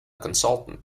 consultant